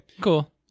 Cool